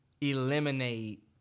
eliminate